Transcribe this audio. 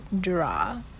draw